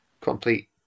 complete